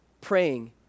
praying